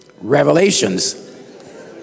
revelations